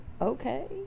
Okay